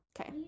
Okay